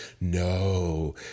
No